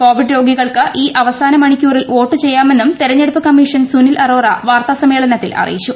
Covid രോഗികൾക്ക് ഈ അവസാന മണിക്കൂറിൽ വോട്ടുചെയ്യാമെന്നും തെരഞ്ഞെടുപ്പ് കമ്മീഷൻ സുനിൽ അറോറ വാർത്താ സമ്മേളനത്തിൽ അറിയിച്ചു